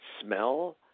smell